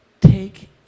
take